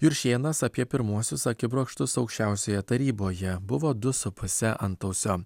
juršėnas apie pirmuosius akibrokštus aukščiausioje taryboje buvo du su puse antausio